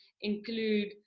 include